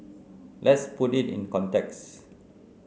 let's put it in context